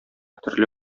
төрле